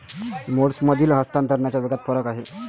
मोड्समधील हस्तांतरणाच्या वेगात फरक आहे